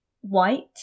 white